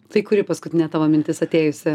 tai kuri paskutinė tavo mintis atėjusi